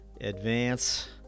advance